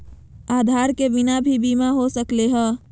आधार के बिना भी बीमा हो सकले है?